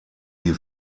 die